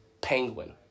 Penguin